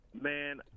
Man